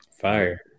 fire